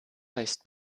heißt